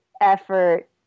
effort